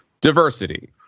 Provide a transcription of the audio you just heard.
diversity